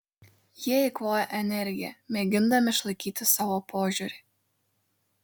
jie eikvoja energiją mėgindami išlaikyti savo požiūrį